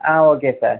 ah okay sir